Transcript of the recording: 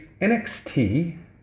NXT